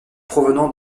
provenant